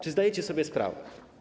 Czy zdajecie sobie sprawę?